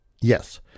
yes